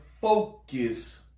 focus